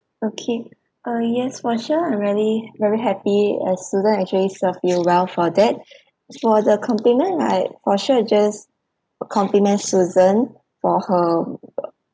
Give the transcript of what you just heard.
okay uh yes for sure I'm really very happy as susan actually served you well for that for the compliment right for sure just we'll compliment susan for her